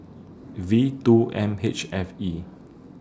V two M H F E